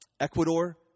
Ecuador